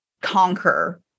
conquer